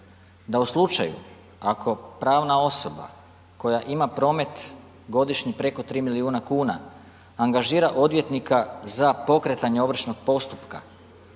da u slučaju ako pravna osoba koja ima promet godišnje preko 3 milijuna kuna, angažira odvjetnika za pokretanje ovršnog postupka,